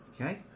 Okay